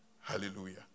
Hallelujah